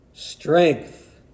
Strength